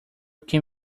can